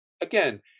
again